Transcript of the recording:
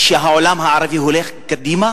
היא שהעולם הערבי הולך קדימה,